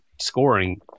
scoring